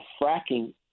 fracking